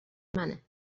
منه